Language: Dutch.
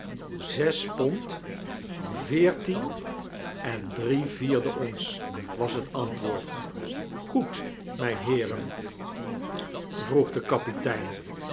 zes pond veertien en drie vierde ons was het antwoord goed heeren vroeg de kapitein